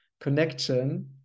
connection